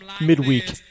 midweek